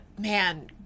man